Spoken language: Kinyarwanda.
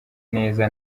neza